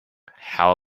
how